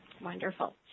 Wonderful